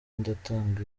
ndatanga